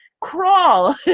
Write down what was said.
Crawl